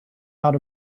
not